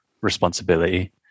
responsibility